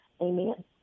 amen